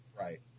Right